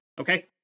Okay